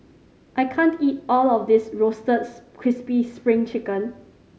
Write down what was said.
I can't eat all of this roasted crispy Spring Chicken